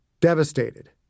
devastated